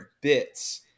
bits